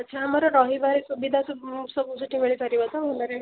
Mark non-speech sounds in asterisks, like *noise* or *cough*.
ଆଚ୍ଛା ଆମର ରହିବାରେ ସୁବିଧା ସବୁ ସେଠି ମିଳିପାରିବ ତ *unintelligible*